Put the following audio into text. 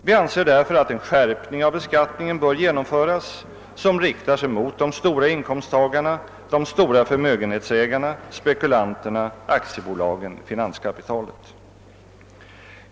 Vi anser därför, att en skärpning av beskattningen bör genomföras som riktar sig mot de stora inkomsttagarna, de stora förmögenhetsägarna, spekulanterna, aktiebolagen, finanskapitalet.